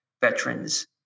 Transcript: veterans